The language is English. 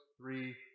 three